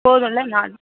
போதுமில்ல நால்